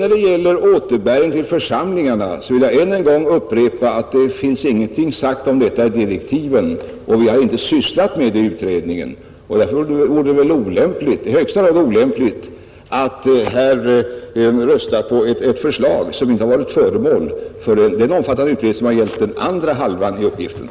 När det gäller återbäring till församlingarna vill jag än en gång upprepa, att ingenting finns sagt om detta i direktiven, och vi har inte sysslat med det i utredningen, Jag tror det vore i högsta grad olämpligt att här rösta på ett förslag, som inte varit föremål för en lika omfattande analys som den del av uppgiften som utredningen fick sig förelagd.